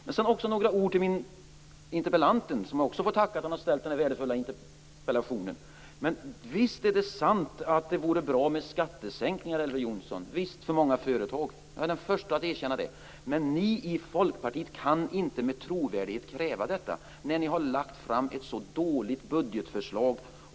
Jag har också några ord till interpellanten, som jag får tacka för att han har ställt den här värdefulla interpellationen. Visst är det sant att det vore bra med skattesänkningar för många företag, Elver Jonsson. Jag är den förste att erkänna det. Men ni i Folkpartiet kan inte med trovärdighet kräva detta när ni har lagt fram ett så dåligt budgetförslag.